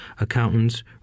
accountants